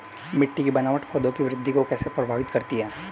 मिट्टी की बनावट पौधों की वृद्धि को कैसे प्रभावित करती है?